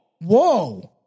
Whoa